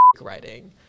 writing